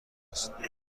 است